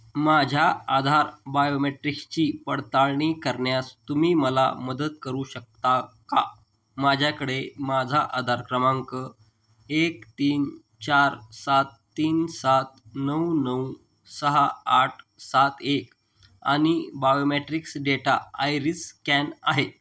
माझ्या आधार बायोमेट्रिक्सची पडताळणी करण्यास तुम्ही मला मदत करू शकता का माझ्याकडे माझा आधार क्रमांक एक तीन चार सात तीन सात नऊ नऊ सहा आठ सात एक आणि बायोमेट्रिक्स डेटा आयरीस स्कॅन आहे